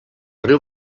riu